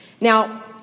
Now